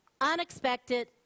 unexpected